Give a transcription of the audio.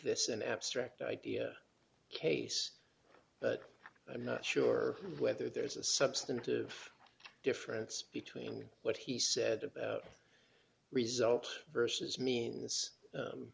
this an abstract idea case but i'm not sure whether there's a substantive difference between what he said results versus means